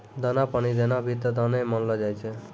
दाना पानी देना भी त दाने मानलो जाय छै